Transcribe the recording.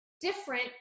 different